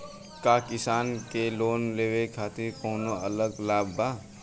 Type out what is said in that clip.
का किसान के लोन लेवे खातिर कौनो अलग लाभ बा?